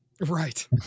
Right